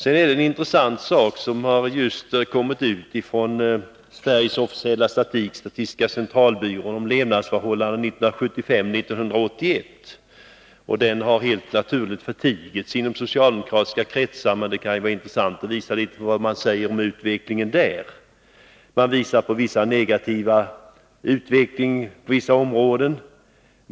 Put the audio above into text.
En intressant sak har just kommit ut från statistiska centralbyrån, nämligen Sveriges officiella statistik om levnadsförhållandena 1975-1981. Den har helt naturligt förtigits i socialdemokratiska kretsar. Men det kan vara intressant att visa litet av vad man säger om utvecklingen där. Man visar på vissa negativa utvecklingsområden.